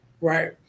right